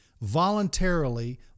voluntarily